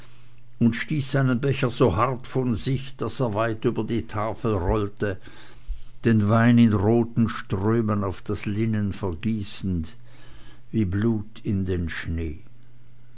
und stieß seinen becher so hart von sich daß er weit über die tafel rollte den wein in roten strömen auf das linnen vergießend wie blut in den schnee